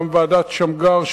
גם ועדת-שמגר,